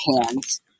hands